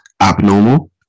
abnormal